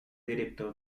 director